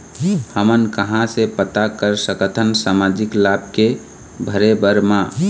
हमन कहां से पता कर सकथन सामाजिक लाभ के भरे बर मा?